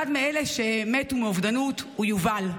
אחד מאלה שמתו מאובדנות הוא יובל.